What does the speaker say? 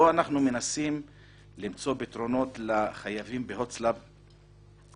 פה אנחנו מנסים למצוא פתרונות לחייבים בהוצל"פ,